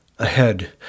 ahead